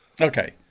Okay